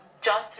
John